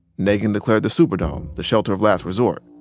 nagin declared the superdome the shelter of last resort.